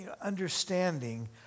understanding